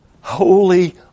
holy